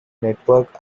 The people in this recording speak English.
network